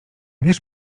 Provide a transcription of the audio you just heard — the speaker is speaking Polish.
wiesz